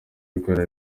ndwara